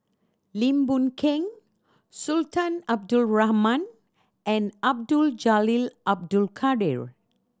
Lim Boon Keng Sultan Abdul Rahman and Abdul Jalil Abdul Kadir